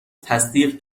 تصدیق